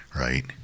right